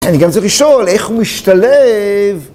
אני גם צריך לשאול, איך הוא משתלב?